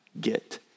get